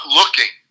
looking